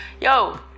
Yo